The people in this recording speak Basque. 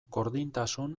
gordintasun